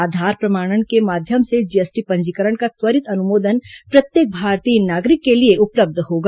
आधार प्रमाणन के माध्यम से जीएसटी पंजीकरण का त्वरित अनुमोदन प्रत्येक भारतीय नागरिक के लिए उपलब्ध होगा